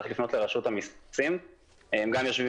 צריך לפנות לרשות המסים שהם גם יושבים